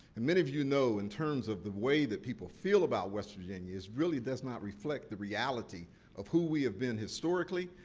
and, many of you know, in terms of the way that people feel about west virginia, really does not reflect the reality of who we have been historically,